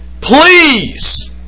Please